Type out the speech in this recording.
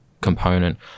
component